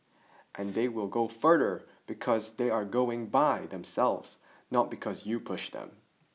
and they will go further because they are going by themselves not because you pushed them